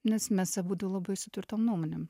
nes mes abudu labai su tvirtom nuomonėm